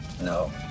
No